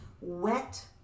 wet